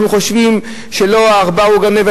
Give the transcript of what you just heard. אנחנו חושבים שלא העכבר הוא הגונב,